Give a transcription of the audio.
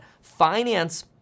finance